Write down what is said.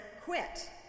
quit